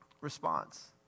response